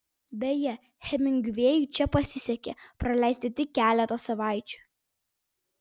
beje hemingvėjui čia pasisekė praleisti tik keletą savaičių